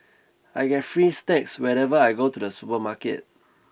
I get free snacks whenever I go to the supermarket